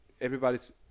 Everybody's